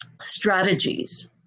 strategies